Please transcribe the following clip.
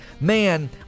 man